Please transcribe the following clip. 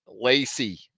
Lacey